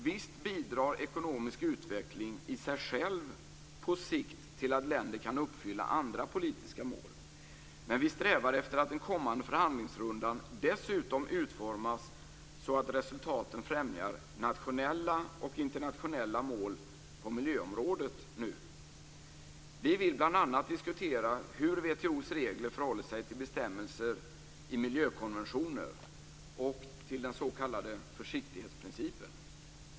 Visst bidrar ekonomisk utveckling i sig själv på sikt till att länder kan uppfylla andra politiska mål, men vi strävar efter att den kommande förhandlingsrundan dessutom utformas så att resultaten främjar nationella och internationella mål på miljöområdet nu. Vi vill bl.a. diskutera hur WTO:s regler förhåller sig till bestämmelser i miljökonventioner och till den s.k. försiktighetsprincipen.